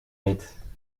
niet